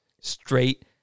straight